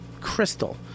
Crystal